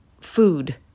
food